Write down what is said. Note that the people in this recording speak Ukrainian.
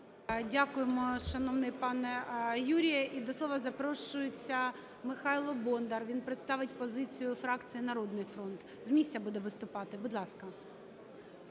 Дякуємо, шановний пане Юрію. І до слова запрошується Михайло Бондар, він представить позицію фракції "Народний фронт". З місця буде виступати. Будь ласка.